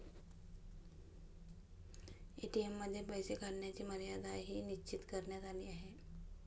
ATM मध्ये पैसे काढण्याची मर्यादाही निश्चित करण्यात आली आहे